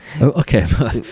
Okay